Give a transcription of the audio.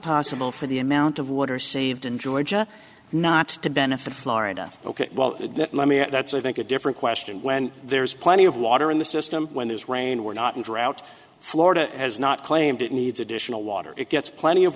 possible for the amount of water saved in georgia not to benefit florida ok well that's i think a different question when there's plenty of water in the system when there's rain we're not in drought florida has not claimed it needs additional water it gets plenty of